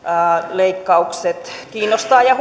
leikkaukset kiinnostavat ja